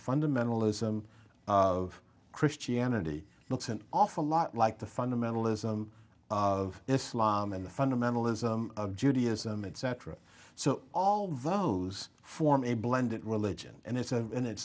fundamentalism of christianity looks an awful lot like the fundamentalism of islam and the fundamentalism of judaism and cetera so all those form a blended religion and it's